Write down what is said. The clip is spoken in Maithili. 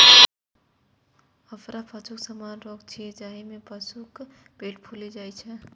अफरा पशुक सामान्य रोग छियै, जाहि मे पशुक पेट फूलि जाइ छै